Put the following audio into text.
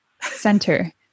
Center